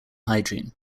hygiene